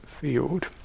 field